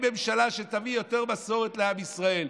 ממשלה שתביא יותר מסורת לעם ישראל,